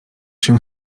się